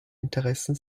interessen